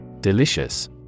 Delicious